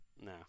No